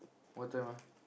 what time ah